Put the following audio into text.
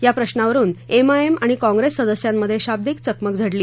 या प्रश्रावरून M I M आणि काँग्रेस सदस्यांमध्ये शाब्दिक चकमक झडली